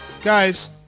Guys